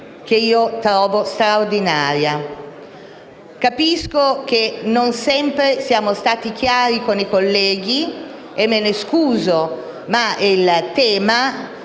che io trovo straordinaria. Capisco che non sempre siamo stati chiari con i colleghi, e me ne scuso, ma il tema